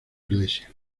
iglesias